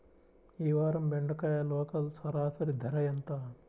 ఈ వారం బెండకాయ లోకల్ సరాసరి ధర ఎంత?